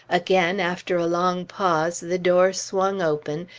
again, after a long pause, the door swung open,